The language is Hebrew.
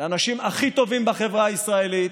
זה האנשים הכי טובים בחברה הישראלית,